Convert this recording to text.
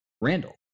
Randall